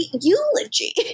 eulogy